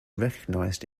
recognized